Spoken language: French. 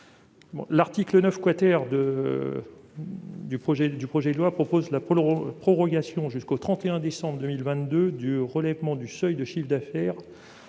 L'article 9 de ce projet de loi propose la prorogation jusqu'au 31 décembre 2022 du relèvement du seuil de chiffre d'affaires